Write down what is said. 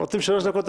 רוצים שלוש דקות?